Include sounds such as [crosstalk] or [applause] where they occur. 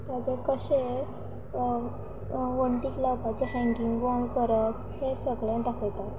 ताचे कशें वण्टीक लावपाचें हँगींग [unintelligible] करप हें सगळें दाखयतात